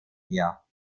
her